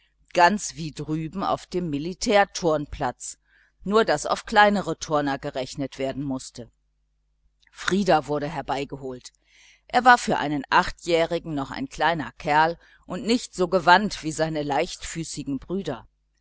ganz wie drüben auf dem militärturnplatz nur daß auf kleinere turner gerechnet werden mußte frieder wurde herbeigeholt er war für einen achtjährigen noch ein kleiner kerl und nicht so gewandt wie seine leichtfüßigen brüder